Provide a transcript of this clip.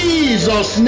Jesus